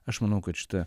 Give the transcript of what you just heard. aš manau kad šita